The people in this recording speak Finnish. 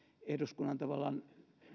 eduskunnan tavallaan